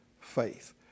faith